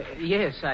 Yes